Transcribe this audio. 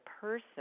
person